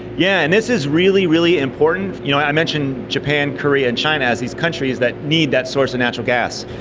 yeah and this is really, really important. you know i mentioned japan, korea and china as these countries that need that source of natural gas.